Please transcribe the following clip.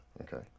Okay